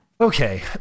Okay